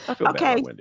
Okay